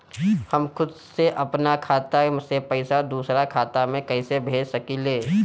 हम खुद से अपना खाता से पइसा दूसरा खाता में कइसे भेज सकी ले?